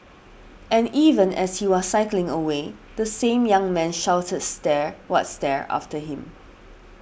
and even as he was cycling away the same young man shouted stare what stare after him